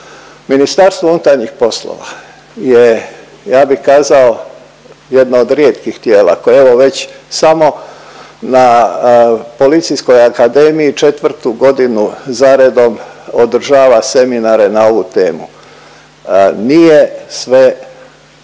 na sličan način. MUP je ja bih kazao jedno od rijetkih tijela koje evo već samo na Policijskoj akademiji 4-tu godinu zaredom održava seminare na ovu temu. Nije sve do